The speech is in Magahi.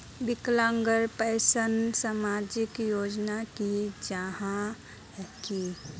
विकलांग पेंशन सामाजिक योजना नी जाहा की?